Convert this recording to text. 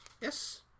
Yes